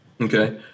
Okay